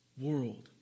world